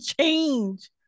change